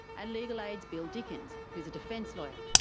and legal aid's bill dickens, who's a defence lawyer.